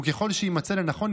וככל שיימצא לנכון,